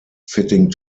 fitting